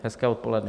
Hezké odpoledne.